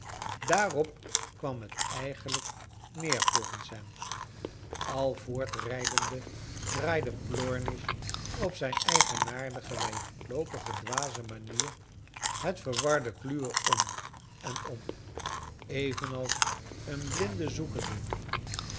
daarop kwam het eigenlijk neer volgens hem al voortrijdende draaide plornish op zijn eigenaardige wijdloopigc dwaze manier het verwarde kluwen om en om evenals een blinde zoekende